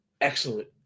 excellent